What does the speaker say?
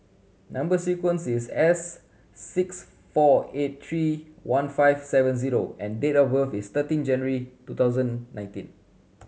number sequence is S six four eight three one five seven zero and date of birth is thirteen January two thousand nineteen